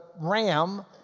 ram